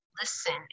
listen